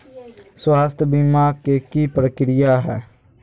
स्वास्थ बीमा के की प्रक्रिया है?